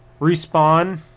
Respawn